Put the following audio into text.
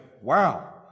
wow